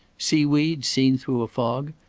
sea-weeds seen through a fog.